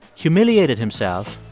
humiliated himself,